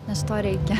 nes to reikia